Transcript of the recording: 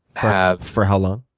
have for how long?